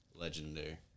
Legendary